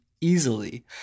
easily